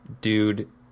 dude